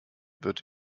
wird